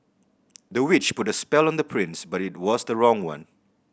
the witch put a spell on the prince but it was the wrong one